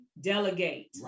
Delegate